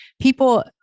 people